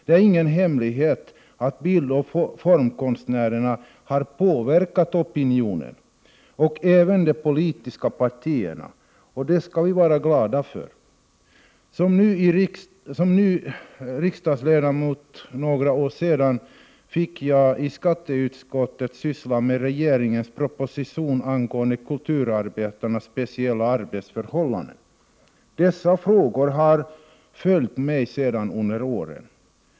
Det är ingen hemlighet att bildoch formkonstnärerna har påverkat opinionen och även de politiska partierna, och det skall vi vara glada för. Som ny riksdagsledamot för några år sedan fick jag i skatteutskottet syssla med regeringens proposition angående kulturarbetarnas speciella arbetsförhållanden. Dessa frågor har följt mig under åren.